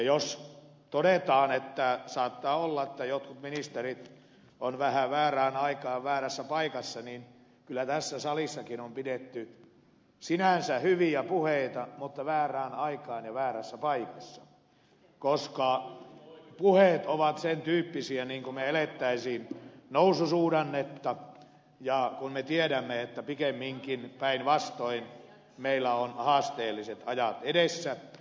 jos todetaan että saattaa olla että jotkut ministerit ovat vähän väärään aikaan väärässä paikassa niin kyllä tässä salissakin on pidetty sinänsä hyviä puheita mutta väärään aikaan ja väärässä paikassa koska puheet ovat sen tyyppisiä kuin me eläisimme noususuhdannetta kun me tiedämme että pikemminkin päinvastoin meillä ovat haasteelliset ajat edessämme